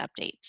updates